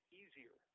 easier